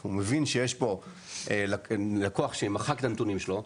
הוא מבין שיש פה לקוח שמחק את הנתונים שלו.